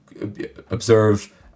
observe